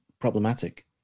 problematic